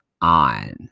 on